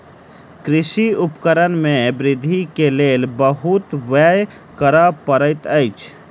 कृषि उपकरण में वृद्धि के लेल बहुत व्यय करअ पड़ैत अछि